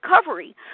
recovery